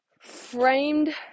framed